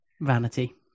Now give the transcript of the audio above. vanity